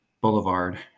boulevard